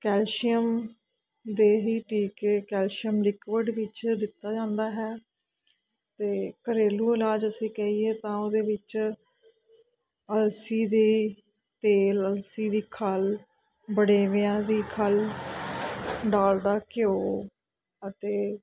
calcium ਦੇ ਹੀ ਟੀਕੇ ਕੈਲਸ਼ੀਅਮ ਲਿਕਵਡ ਵਿੱਚ ਦਿੱਤਾ ਜਾਂਦਾ ਹੈ ਅਤੇ ਘਰੇਲੂ ਇਲਾਜ ਅਸੀਂ ਕਹੀਏ ਤਾਂ ਉਹਦੇ ਵਿੱਚ ਅਲਸੀ ਦੀ ਤੇਲ ਅਲਸੀ ਦੀ ਖਲ੍ਹ ਵੜੇਵਿਆਂ ਦੀ ਖਲ੍ਹ ਡਾਲਡਾ ਘਿਓ ਅਤੇ